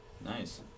Nice